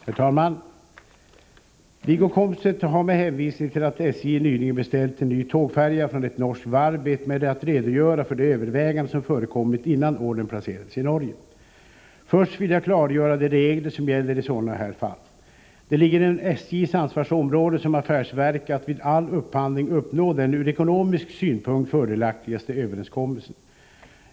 Herr talman! Wiggo Komstedt har med hänvisning till att SJ nyligen beställt en ny tågfärja från ett norskt varv bett mig redogöra för de överväganden som förekommit innan ordern placerades i Norge. Först vill jag klargöra de regler som gäller i sådana här fall. Det ligger inom SJ:s ansvarsområde som affärsverk att vid all upphandling uppnå den ur ekonomisk synpunkt fördelaktigaste överenskommelsen.